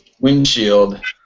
windshield